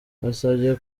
mbasabye